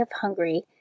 Hungary